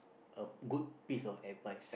a good piece of advice